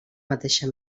mateixa